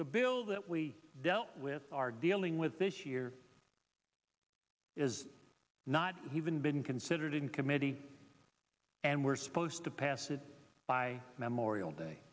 the bill that we dealt with are dealing with this year is not even been considered in committee and we're supposed to pass it by memorial day